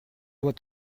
doit